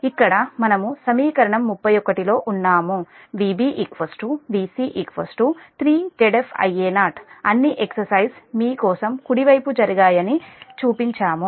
ఇక్కడ మనము సమీకరణం 31 లో ఉన్నాము Vb Vc 3 Zf Ia0 అన్ని ఎక్ససైజ్ మీ కోసం కుడి వైపు జరిగాయని చూపించాము